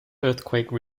earthquake